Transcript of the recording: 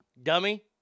Dummy